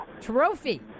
trophy